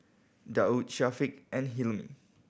Daud Syafiq and Hilmi